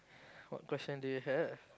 what question do you have